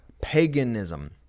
paganism